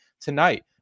tonight